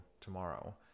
tomorrow